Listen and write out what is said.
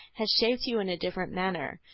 has shaped you in a different manner.